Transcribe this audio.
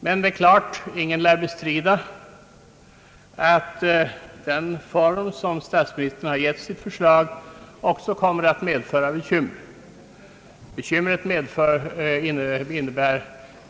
Ingen lär emellertid bestrida att den form som finansministern har gett sitt förslag också kommer att medföra bekymmer.